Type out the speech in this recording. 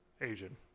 Asian